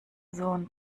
sohn